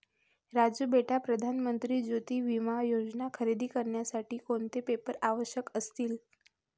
राजू बेटा प्रधान मंत्री ज्योती विमा योजना खरेदी करण्यासाठी कोणते पेपर आवश्यक असतील?